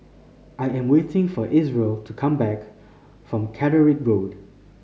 I am waiting for Isreal to come back from Catterick Road